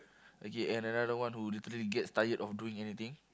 okay and another one who literally gets tired of doing anything